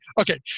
Okay